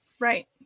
Right